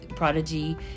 Prodigy